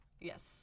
Yes